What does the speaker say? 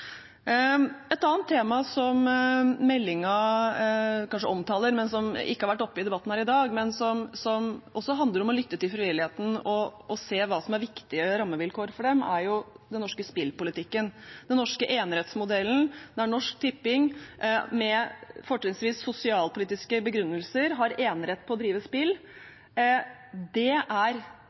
Et annet tema som meldingen kanskje omtaler, men som ikke har vært oppe i debatten i dag, og som også handler om å lytte til frivilligheten og se hva som er viktige rammevilkår for den, er den norske spillpolitikken. Den norske enerettsmodellen der Norsk Tipping, med fortrinnsvis sosialpolitiske begrunnelser, har enerett på å drive spill, er viktig for norsk kultur, idrett og frivillighet. Man kan ikke klare seg uten det